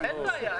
אין בעיה.